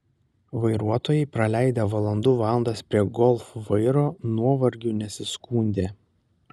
vairuotojai praleidę valandų valandas prie golf vairo nuovargiu nesiskundė